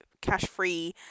cash-free